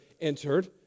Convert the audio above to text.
entered